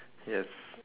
yes